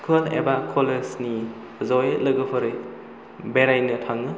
school एबा कलेजनि जयै लोगोफोरै बेरायनो थाङो